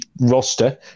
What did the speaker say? roster